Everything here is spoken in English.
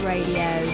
Radio